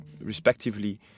respectively